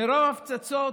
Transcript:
מרוב פצצות